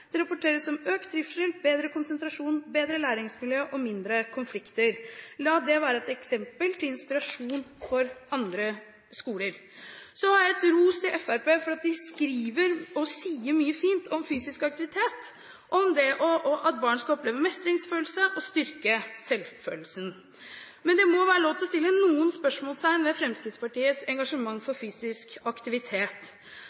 Det rapporteres om økt trivsel, bedre konsentrasjon, bedre læringsmiljø og mindre konflikter. La det være et eksempel til inspirasjon for andre skoler. Så har jeg litt ros til Fremskrittspartiet for at de skriver og sier mye fint om fysisk aktivitet, om det at barn skal oppleve mestringsfølelse og styrke selvfølelsen. Men det må være lov å sette noen spørsmålstegn ved Fremskrittspartiets engasjement